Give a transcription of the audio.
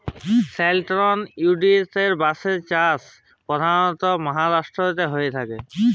central ইলডিয়াতে বাঁশের চাষ পধালত মাহারাষ্ট্রতেই হঁয়ে থ্যাকে